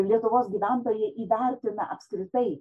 lietuvos gyventojai įvertina apskritai